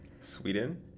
Sweden